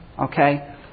Okay